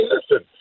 Listen